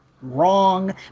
Wrong